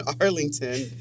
Arlington